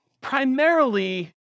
primarily